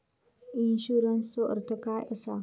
इन्शुरन्सचो अर्थ काय असा?